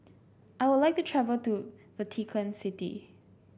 I would like to travel to Vatican City